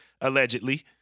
allegedly